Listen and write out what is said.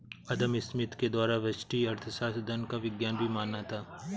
अदम Smith के द्वारा व्यष्टि अर्थशास्त्र धन का विज्ञान भी माना था